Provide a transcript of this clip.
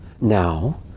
now